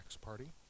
party